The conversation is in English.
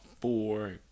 four